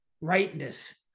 rightness